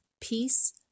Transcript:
peace